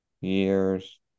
years